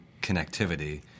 connectivity